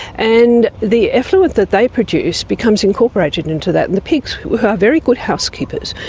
and the effluent that they produce becomes incorporated into that and the pigs, who are very good housekeepers,